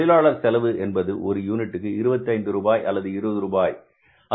தொழிலாளர் செலவு என்பது ஒரு யூனிட்டுக்கு 25 ரூபாய் அல்லது 20 ரூபாய்